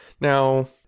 now